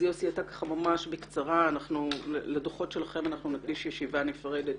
אז יוסי, בקצרה, לדוחות שלכם נקדיש ישיבה נפרדת.